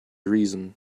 reason